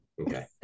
Okay